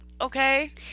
Okay